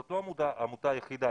זאת לא העמותה היחידה.